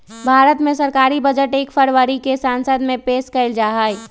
भारत मे सरकारी बजट एक फरवरी के संसद मे पेश कइल जाहई